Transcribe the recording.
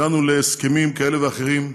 הגענו להסכמים כאלה ואחרים,